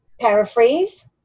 paraphrase